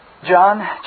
John